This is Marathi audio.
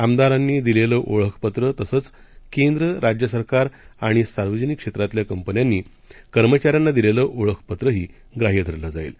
आमदारांनीदिलेलंओळखपत्रतसंचकेंद्र राज्यसरकारआणिसार्वजनिकक्षेत्रातल्याकंपन्यांनीकर्मचाऱ्यांनीदिलेलंओळखपत्रंहीग्राह्यधरलंजाईल